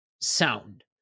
sound